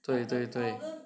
对对对